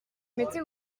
m’étais